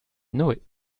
noé